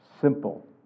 Simple